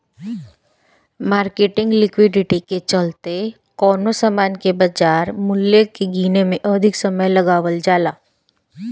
marketing liquidity के चलते कवनो सामान के बाजार मूल्य के गीने में अधिक समय लगावल जाला